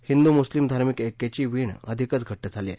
हिंदू मुस्लीम धार्मिक ऐक्याची वीण अधिकच घट्ट झालीय